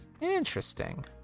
Interesting